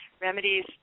remedies